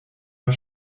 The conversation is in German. der